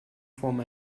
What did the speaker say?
formen